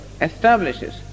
establishes